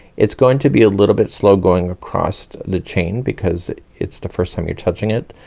it's going to be a little bit slow going across the chain, because it's the first time you're touching it.